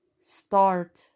start